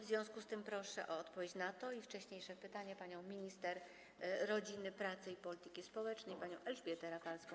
W związku z tym proszę o odpowiedź na to pytanie i na wcześniejsze pytania minister rodziny, pracy i polityki społecznej panią Elżbietę Rafalską.